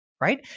right